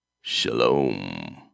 shalom